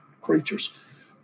creatures